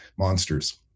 Monsters